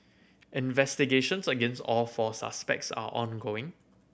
investigations against all four suspects are ongoing